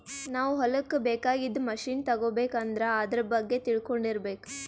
ನಾವ್ ಹೊಲಕ್ಕ್ ಬೇಕಾಗಿದ್ದ್ ಮಷಿನ್ ತಗೋಬೇಕ್ ಅಂದ್ರ ಆದ್ರ ಬಗ್ಗೆ ತಿಳ್ಕೊಂಡಿರ್ಬೇಕ್